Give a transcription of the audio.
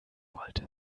wollte